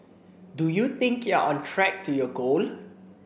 do you think you're on track to your goal